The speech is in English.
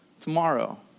tomorrow